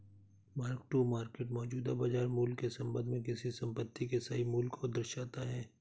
mark to market मौजूदा बाजार मूल्य के संबंध में किसी संपत्ति के सही मूल्य को दर्शाता है